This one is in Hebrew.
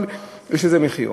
אבל יש לזה מחיר.